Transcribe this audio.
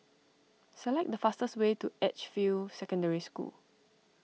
select the fastest way to Edgefield Secondary School